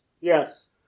Yes